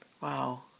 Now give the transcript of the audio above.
Wow